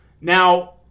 now